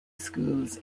schools